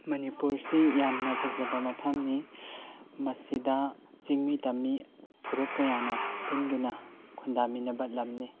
ꯃꯅꯤꯄꯨꯔꯁꯤ ꯌꯥꯝꯅ ꯐꯖꯕ ꯃꯐꯝꯅꯤ ꯃꯁꯤꯗ ꯆꯤꯡꯃꯤ ꯇꯝꯃꯤ ꯐꯨꯔꯨꯞ ꯀꯌꯥꯅ ꯄꯨꯟꯗꯨꯅ ꯈꯨꯟꯗꯥꯃꯤꯟꯅꯕ ꯂꯝꯅꯤ